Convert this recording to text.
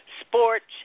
sports